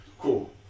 Cool